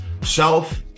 self